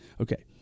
Okay